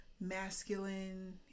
masculine